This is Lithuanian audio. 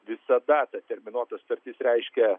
visada ta terminuota sutartis reiškia